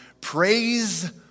Praise